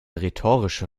rhetorische